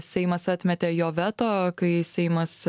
seimas atmetė jo veto kai seimas